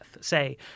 say